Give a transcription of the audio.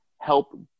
help